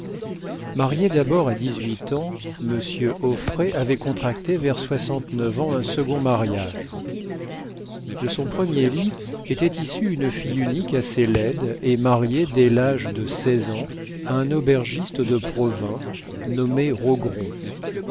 marié d'abord à dix-huit ans monsieur auffray avait contracté vers soixante-neuf ans un second mariage de son premier lit était issue une fille unique assez laide et mariée dès l'âge de seize ans à un aubergiste de provins nommé rogron